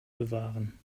bewahren